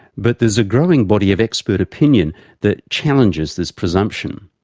but there's a growing body of expert opinion that challenges this presumption.